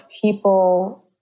people